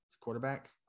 quarterback